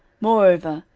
moreover,